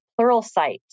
Pluralsight